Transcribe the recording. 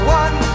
one